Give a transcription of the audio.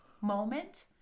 moment